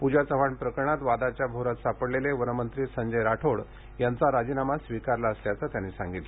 पूजा चव्हाण प्रकरणात वादाच्या भोवऱ्यात सापडलेले वनमंत्री संजय राठोड यांचा राजीनामा स्वीकारला असल्याचं ठाकरे यांनी सांगितलं